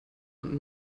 und